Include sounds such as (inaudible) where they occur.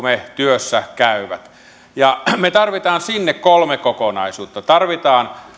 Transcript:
(unintelligible) me työssä käyvät ja me tarvitsemme sinne kolme kokonaisuutta tarvitaan